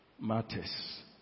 matters